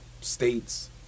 state's